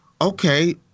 okay